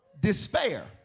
Despair